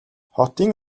хотын